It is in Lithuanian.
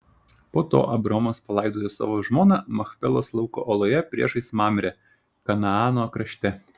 po to abraomas palaidojo savo žmoną machpelos lauko oloje priešais mamrę kanaano krašte